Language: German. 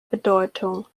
bedeutung